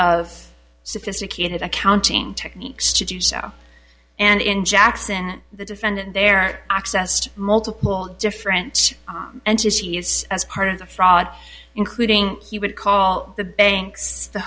of sophisticated accounting techniques to do so and in jackson the defendant there accessed multiple different and she is as part of the fraud including he would call the banks the